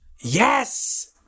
Yes